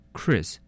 Chris